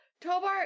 Tobar